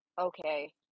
Okay